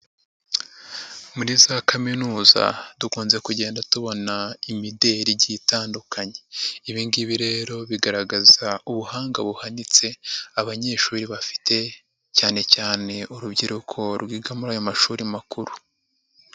Muri za kaminuza dukunze kugenda tubona imideri igiye itandukanye. Ibi ngibi rero bigaragaza ubuhanga buhanitse, abanyeshuri bafite cyane cyane urubyiruko rwiga muri ayo mashuri makuru.